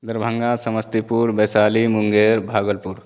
Darbhanga Samastipur Vaishali Munger Bhagalpur